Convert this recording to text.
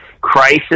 crisis